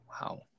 Wow